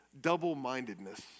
double-mindedness